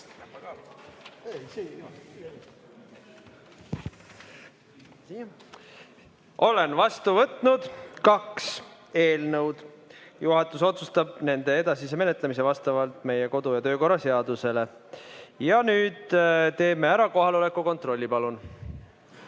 Olen vastu võtnud kaks eelnõu. Juhatus otsustab nende edasise menetlemise vastavalt meie kodu‑ ja töökorra seadusele. Nüüd teeme kohaloleku kontrolli. Palun!